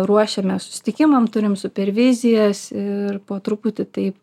ruošiame susitikimam turime super vizijas ir po truputį taip